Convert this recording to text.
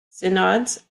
synods